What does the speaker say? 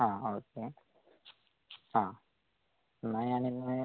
ആ ഓക്കെ ആ എന്നാല് ഞാനിന്ന്